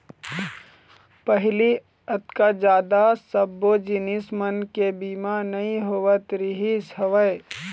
पहिली अतका जादा सब्बो जिनिस मन के बीमा नइ होवत रिहिस हवय